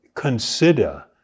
consider